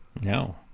no